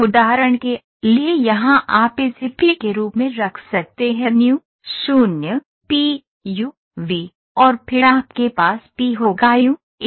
उदाहरण के लिए यहां आप इसे P के रूप में रख सकते हैंयू 0 पीयू वी और फिर आपके पास पी होगायू 1